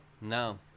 No